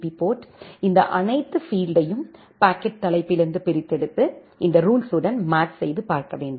B port இந்த அனைத்து பீல்ட்யையும் பாக்கெட் தலைப்பிலிருந்து பிரித்தெடுத்து இந்த ரூல்ஸுடன் மேட்ச் செய்து பார்க்க வேண்டும்